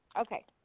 okay